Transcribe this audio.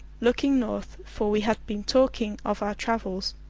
looking north, for we had been talking of our travels,